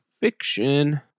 Fiction